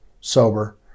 sober